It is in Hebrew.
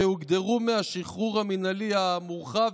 שהוחרגו מהשחרור המינהלי המורחב,